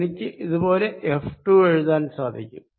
എനിക്ക് ഇത് പോലെ F2 എഴുതാൻ സാധിക്കും